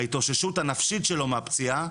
ההתאוששות הנפשית שלו מהפציעה,